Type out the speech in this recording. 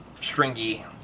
stringy